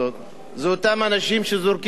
זה אותם אנשים שזורקים רפש,